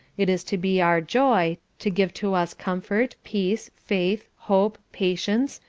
it is to be our joy, to give to us comfort, peace, faith, hope, patience,